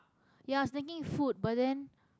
ya I was thinking food but then